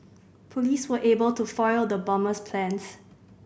police were able to foil the bomber's plans